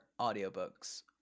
audiobooks